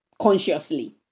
Consciously